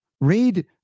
Read